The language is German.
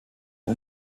und